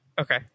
Okay